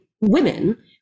women